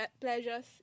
pleasures